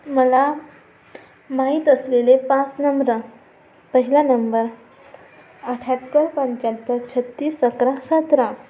मला माहित असलेले पाच नंबरं पहिला नंबर अठ्ठ्याहत्तर पंचाहत्तर छत्तीस अकरा सतरा